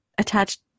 Attached